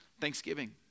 Thanksgiving